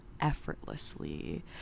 effortlessly